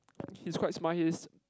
he's quite smart he is